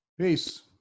Peace